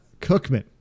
Cookman